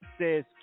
says